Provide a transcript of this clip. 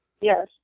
Yes